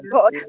God